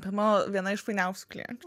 pirma viena iš fainiausių klienčių